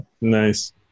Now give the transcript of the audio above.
Nice